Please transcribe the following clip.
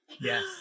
Yes